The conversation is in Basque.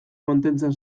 mantentzen